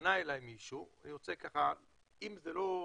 פנה אלי מישהו ואני רוצה להביא את הדברים שאמר לי - אם לא לעכשיו,